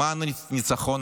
למען הניצחון,